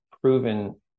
proven